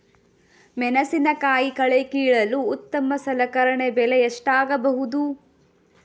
ಮೆಣಸಿನಕಾಯಿ ಕಳೆ ಕೀಳಲು ಉತ್ತಮ ಸಲಕರಣೆ ಬೆಲೆ ಎಷ್ಟಾಗಬಹುದು?